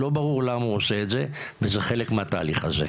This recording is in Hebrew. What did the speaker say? לא ברור למה הוא עושה את זה, וזה חלק מהתהליך הזה.